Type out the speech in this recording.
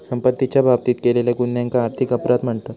संपत्तीच्या बाबतीत केलेल्या गुन्ह्यांका आर्थिक अपराध म्हणतत